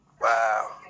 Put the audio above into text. Wow